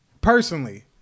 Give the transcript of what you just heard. personally